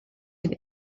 had